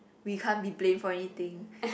we can't be blame for anything